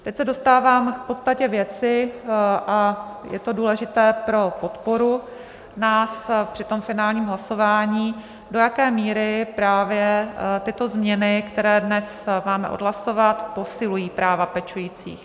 Teď se dostávám k podstatě věci a je to důležité pro podporu nás při finálním hlasování, do jaké míry právě tyto změny, které dnes máme odhlasovat, posilují práva pečujících.